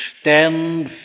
stand